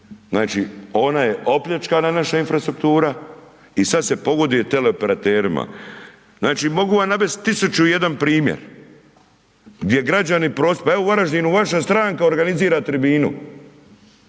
znači, ona je opljačkana naša infrastruktura i sad se pogoduje teleoperaterima, znači, mogu vam navest 1001 primjer gdje građani prosvjeduju, pa evo u Varaždinu, vaša stranka organizira tribinu